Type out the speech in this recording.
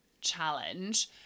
challenge